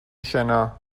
شنا